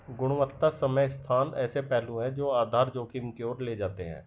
गुणवत्ता समय स्थान ऐसे पहलू हैं जो आधार जोखिम की ओर ले जाते हैं